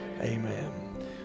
Amen